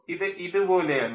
ഇത് ഇതുപോലെ ആണ്